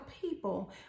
people